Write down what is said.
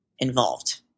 involved